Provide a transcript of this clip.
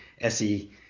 SE